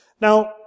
Now